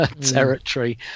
territory